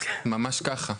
ממש ככה.